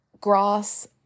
grass